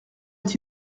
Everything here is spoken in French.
est